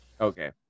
Okay